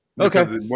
Okay